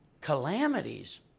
calamities